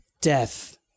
Death